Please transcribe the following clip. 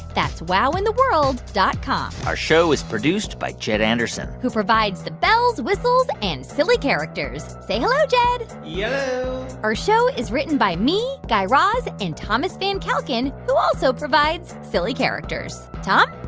that's wowintheworld dot com our show is produced by jed anderson who provides the bells, whistles and silly characters. say hello, jed yello yeah our show is written by me, guy raz and thomas van kalken, who also provides silly characters. tom?